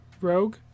Rogue